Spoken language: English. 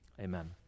amen